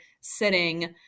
sitting